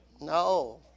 No